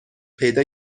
پیدا